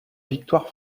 victoire